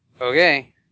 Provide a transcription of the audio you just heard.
Okay